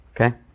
Okay